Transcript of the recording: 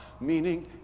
meaning